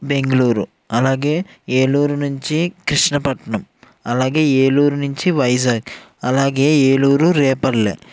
బెంగళూరు అలాగే ఏలూరు నుంచి కృష్ణపట్నం అలాగే ఏలూరు నుంచి వైజాగ్ అలాగే ఏలూరు రేపల్లె